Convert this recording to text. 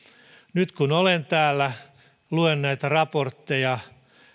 nyt kun olen täällä luen näitä raportteja